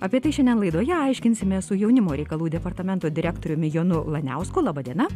apie tai šiandien laidoje aiškinsimės su jaunimo reikalų departamento direktoriumi jonu laniausku laba diena